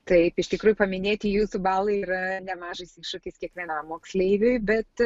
taip iš tikrųjų paminėti jūsų balai yra nemažas iššūkis kiekvienam moksleiviui bet